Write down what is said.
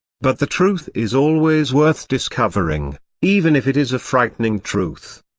but the truth is always worth discovering, even if it is a frightening truth.